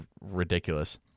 ridiculous